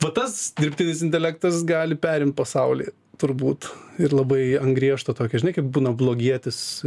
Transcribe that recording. va tas dirbtinis intelektas gali perimt pasaulį turbūt ir labai ant griežto tokio žinai kaip būna blogietis